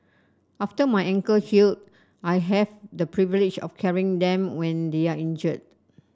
after my ankle healed I had the privilege of carrying them when they are injured